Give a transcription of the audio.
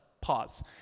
Pause